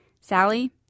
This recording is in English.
Sally